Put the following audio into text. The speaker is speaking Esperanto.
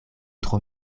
tro